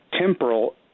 temporal